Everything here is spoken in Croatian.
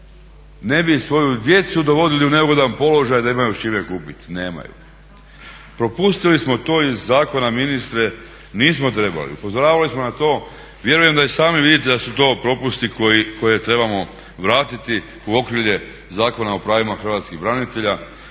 ne bi svoju djecu dovodili u neugodan položaj da imaju s čime kupiti, nemaju. Propustili smo to iz zakona ministre, nismo trebali. Upozoravali smo na to. Vjerujem da i sami vidite da su to propusti koje trebamo vratiti u okrilje Zakona o pravima hrvatskih branitelja